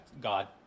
God